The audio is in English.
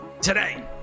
today